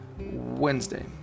Wednesday